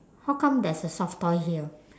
how come there's a soft toy here